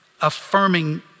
affirming